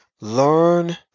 Learn